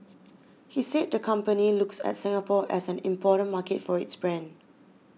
he said the company looks at Singapore as an important market for its brand